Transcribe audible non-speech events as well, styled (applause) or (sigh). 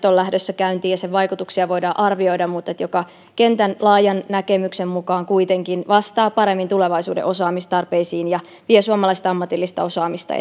(unintelligible) on lähdössä käyntiin ja jonka vaikutuksia voidaan arvioida mutta joka kentän laajan näkemyksen mukaan kuitenkin vastaa paremmin tulevaisuuden osaamistarpeisiin ja vie suomalaista ammatillista osaamista (unintelligible)